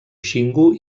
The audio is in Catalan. xingu